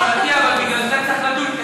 אבל בגלל זה צריך לדון,